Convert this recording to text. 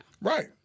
Right